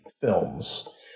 films